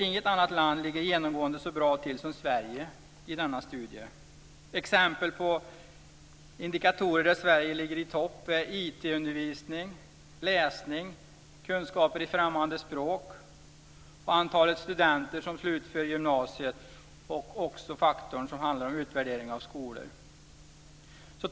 Inget annat land ligger genomgående så bra till som Sverige i denna studie. Exempel på indikatorer där Sverige ligger i topp är i IT-undervisning, läsning, kunskaper i främmande språk, antalet studenter som slutför gymnasiet och också när det gäller faktorn som handlar om utvärdering av skolor.